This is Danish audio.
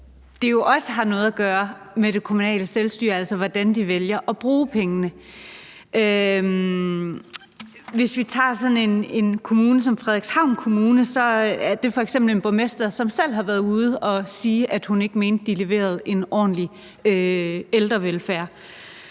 det jo også har noget at gøre med det kommunale selvstyre, altså hvordan de vælger at bruge pengene. Hvis vi tager sådan en kommune som Frederikshavn Kommune, er der f.eks. en borgmester, som selv har været ude at sige, at hun ikke mente, de leverede en ordentlig ældrevelfærd.